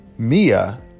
Mia